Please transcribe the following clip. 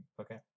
okay